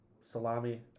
salami